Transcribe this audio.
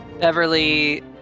Beverly